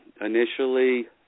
Initially